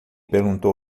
perguntou